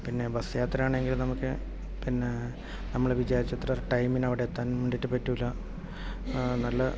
പിന്നെ ബസ് യാത്രയാണെങ്കിൽ നമുക്ക് പിന്നെ നമ്മൾ വിചാരിച്ചത്ര ടൈമിന് അവിടെ എത്താൻ വേണ്ടിയിട്ട് പറ്റില്ല നല്ല